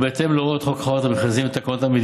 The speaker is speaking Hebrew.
ובהתאם להוראות חוק חובת המכרזים ותקנותיו,